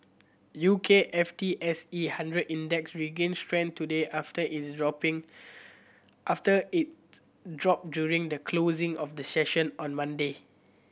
U K F T S E hundred Index regained strength today after its dropping after its drop during the closing of the session on Monday